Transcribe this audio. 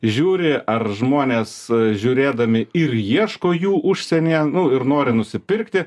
žiūri ar žmonės žiūrėdami ir ieško jų užsienyje ir nori nusipirkti